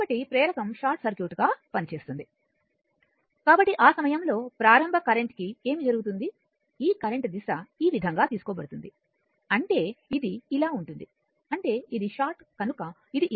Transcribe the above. కాబట్టి ప్రేరకం షార్ట్ సర్క్యూట్గా పనిచేస్తుంది కాబట్టి ఆ సమయంలో ప్రారంభ కరెంట్ కి ఏమి జరుగుతుంది ఈ కరెంట్ దిశ ఈ విధంగా తీసుకోబడుతుందిఅంటే ఇది ఇలా ఉంటుందిఅంటే ఇది షార్ట్ కనుక ఇది ఇలా ఉంటుంది